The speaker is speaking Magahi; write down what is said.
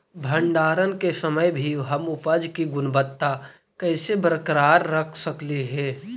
भंडारण के समय भी हम उपज की गुणवत्ता कैसे बरकरार रख सकली हे?